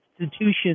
institutions